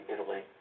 Italy